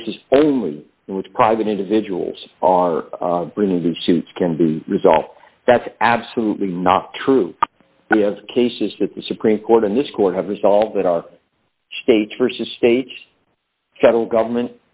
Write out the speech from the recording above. cases only with private individuals are bringing these suits can be resolved that's absolutely not true yes cases that the supreme court and this court have resolved that are states versus stage federal government